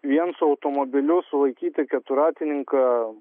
vien su automobiliu sulaikyti keturratininką